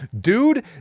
Dude